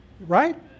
right